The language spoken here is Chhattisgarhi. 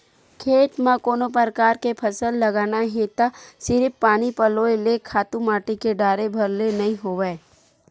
खेत म कोनो परकार के फसल लगाना हे त सिरिफ पानी पलोय ले, खातू माटी के डारे भर ले नइ होवय